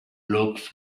looks